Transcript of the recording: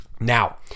Now